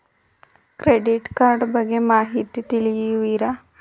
Credit card ಬಗ್ಗೆ ಮಾಹಿತಿ ತಿಳಿಸುವಿರಾ?